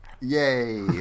Yay